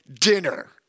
dinner